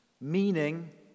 meaning